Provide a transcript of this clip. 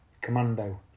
commando